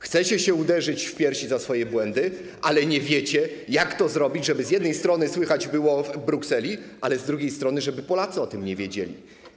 Chcecie się uderzyć w piersi za swoje błędy, ale nie wiecie, jak to zrobić, żeby z jednej strony słychać było w Brukseli, ale z drugiej strony, żeby Polacy o tym nie wiedzieli.